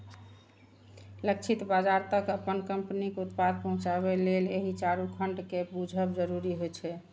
लक्षित बाजार तक अपन कंपनीक उत्पाद पहुंचाबे लेल एहि चारू खंड कें बूझब जरूरी होइ छै